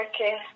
Okay